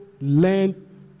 learn